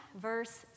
verse